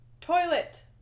toilet